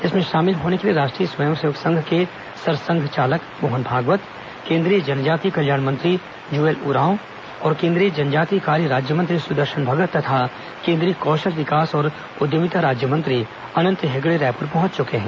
इसमें शामिल होने के लिए राष्ट्रीय स्वयं सेवक के सर संघचालक मोहन भागवत केंद्रीय जनजातीय कल्याण मंत्री जूएल उरांव और केंद्रीय जनजातीय कार्य राज्यमंत्री सुदर्शन भगत तथा केंद्रीय कौशल विकास और उद्यमिता राज्यमंत्री अनंत हेगड़े रायपुर पहुंच चुके हैं